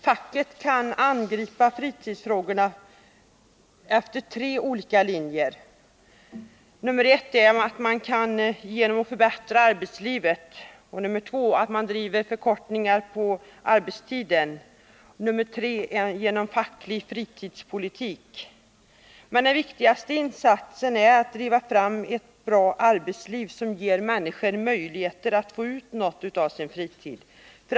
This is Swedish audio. Facket kan angripa fritidsfrågorna efter tre olika linjer, nämligen: 1. Genom att förbättra arbetslivet. Den viktigaste insatsen är emellertid att driva fram ett bra arbetsliv, som ger människor möjligheter att få ut något av sin fritid.